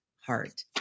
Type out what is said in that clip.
Heart